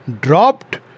dropped